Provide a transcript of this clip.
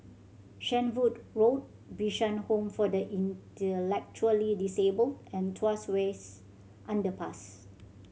Shenvood Road Bishan Home for the Intellectually Disabled and Tuas Wests Underpass